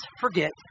forget